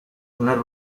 nel